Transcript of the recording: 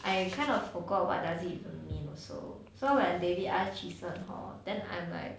I kind of forgot what does it mean also so when david ask trison hor then I'm like